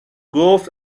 گفت